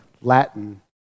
Latin